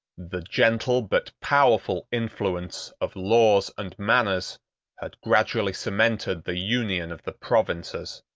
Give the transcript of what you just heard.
the gentle but powerful influence of laws and manners had gradually cemented the union of the provinces.